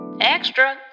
Extra